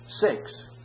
six